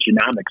genomics